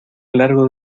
largo